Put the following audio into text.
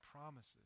promises